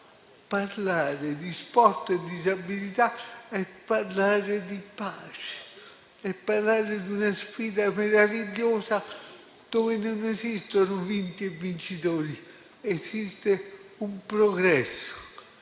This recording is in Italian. parlare di sport e disabilità è parlare di pace, di una sfida meravigliosa, dove non esistono vinti e vincitori, esiste un progresso